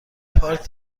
پارک